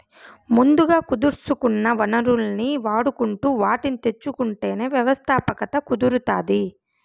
ముందుగా కుదుర్సుకున్న వనరుల్ని వాడుకుంటు వాటిని తెచ్చుకుంటేనే వ్యవస్థాపకత కుదురుతాది